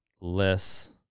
less